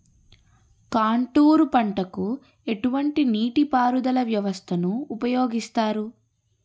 Contour పంటకు ఎటువంటి నీటిపారుదల వ్యవస్థను ఉపయోగిస్తారు?